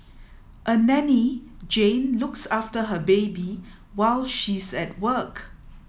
a nanny Jane looks after her baby while she's at work